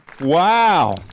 Wow